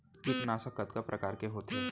कीटनाशक कतका प्रकार के होथे?